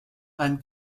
ein